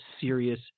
serious